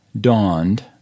dawned